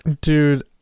Dude